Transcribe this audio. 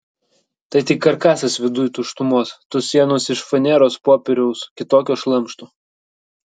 tai tik karkasas viduj tuštumos tos sienos iš faneros popieriaus kitokio šlamšto